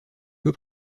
peu